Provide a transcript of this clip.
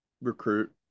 recruit